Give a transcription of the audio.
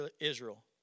Israel